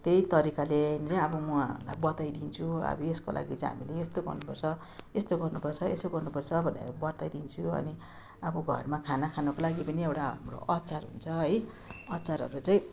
त्यही तरिकाले नै अब उहाँहरूलाई बताइदिन्छु अब यसको लागि चाहिँ हामीले यस्तो गर्नुपर्छ यसो गर्नुपर्छ भनेर बताइदिन्छु अनि अब घरमा खाना खानको लागि पनि एउटा हाम्रो अचार हुन्छ है अचारहरू चाहिँ